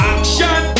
Action